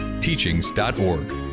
teachings.org